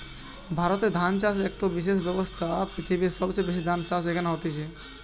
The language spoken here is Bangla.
ভারতে ধান চাষ একটো বিশেষ ব্যবসা, পৃথিবীর সবচেয়ে বেশি ধান চাষ এখানে হতিছে